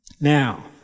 Now